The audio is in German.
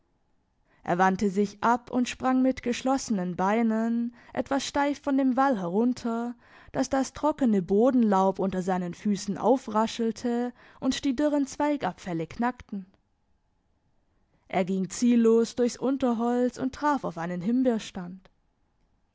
er wandte sich ab und sprang mit geschlossenen beinen etwas steif von dem wall herunter dass das trockene bodenlaub unter seinen füssen aufraschelte und die dürren zweigabfälle knackten er ging ziellos durchs unterholz und traf auf einen himbeerstand